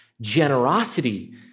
generosity